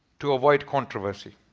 to avoid controversy.